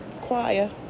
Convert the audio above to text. choir